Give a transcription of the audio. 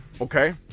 Okay